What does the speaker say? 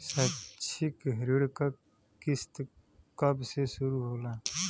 शैक्षिक ऋण क किस्त कब से शुरू होला?